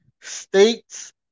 states